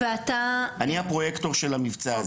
אני הפרויקטור של המבצע הזה.